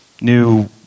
new